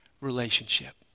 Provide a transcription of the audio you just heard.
relationship